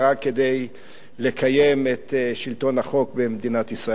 כדי לקיים את שלטון החוק במדינת ישראל.